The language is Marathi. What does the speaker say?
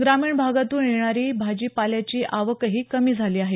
ग्रामीण भागातून येणारी भाजीपाल्याची आवकही कमी झाली आहे